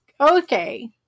okay